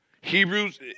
Hebrews